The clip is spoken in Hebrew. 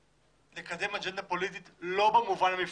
לקדם אג'נדה פוליטית לא במובן המפלגתי,